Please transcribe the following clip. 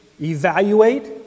evaluate